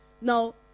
Now